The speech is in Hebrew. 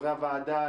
חברי הוועדה,